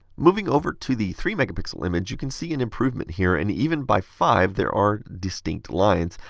moving over to the three megapixel image, you can see an improvement here and even by five there are distinct lines.